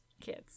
Kids